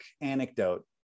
anecdote